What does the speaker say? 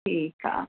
ठीकु आहे